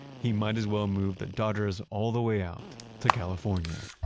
he might as well move the dodgers all the way out to california